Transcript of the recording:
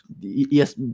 yes